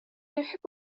يحب